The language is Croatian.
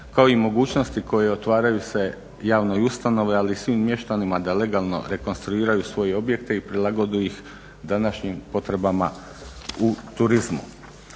kao i mogućnosti koje otvaraju se javnoj ustanovi ali i svim mještanima da legalno rekonstruiraju svoje objekte i prilagode ih današnjim potrebama u turizmu.